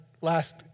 last